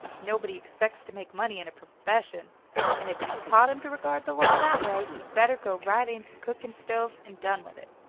nobody expects to make money in a profession and if you've taught him to regard the law that way, he'd better go right into cooking-stoves and done with it.